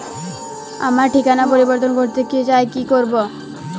আমার ঠিকানা পরিবর্তন করতে চাই কী করব?